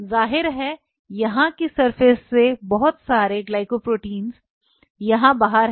जाहिर है यहां की सरफेस से बहुत सारे ग्लाइकोप्रोटीन यहां बाहर हैं